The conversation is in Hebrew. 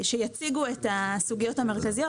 על הסוגיות המרכזיות.